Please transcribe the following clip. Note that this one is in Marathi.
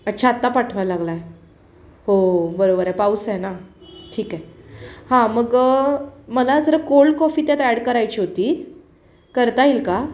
अच्छा आत्ता पाठवायला लागला आहे हो बरोबर आहे पाऊस आहे ना ठीक आहे हां मग मला जरा कोल्ड कॉफी त्यात ॲड करायची होती करता येईल का